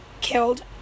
killed